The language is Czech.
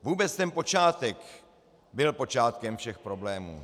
Vůbec ten počátek byl počátkem všech problémů.